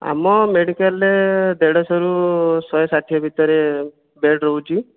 ଆମ ମେଡ଼ିକାଲ୍ରେ ଦେଢ଼ଶହରୁ ଶହେ ଷାଠିଏ ଭିତରେ ବେଡ଼୍ ରହୁଛି